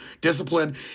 discipline